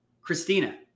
Christina